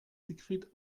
siegfried